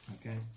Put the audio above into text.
Okay